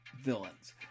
villains